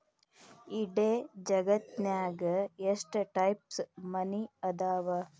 ಇಡೇ ಜಗತ್ತ್ನ್ಯಾಗ ಎಷ್ಟ್ ಟೈಪ್ಸ್ ಮನಿ ಅದಾವ